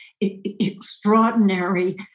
extraordinary